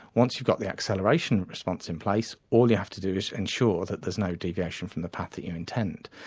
once you have got the acceleration response in place, all you have to do is ensure that there is no deviation from the path that you intend.